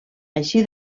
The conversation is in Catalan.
així